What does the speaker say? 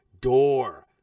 door